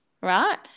right